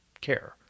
care